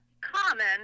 common